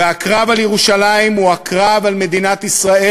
והקרב על ירושלים הוא הקרב על מדינת ישראל,